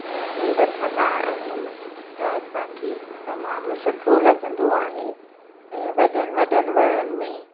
ऐं उहे वधंदा आहिनि त असांखे तमामु सुठो लॻंदो आहे ऐं वॾनि वॾनि वणनि में